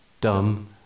dumb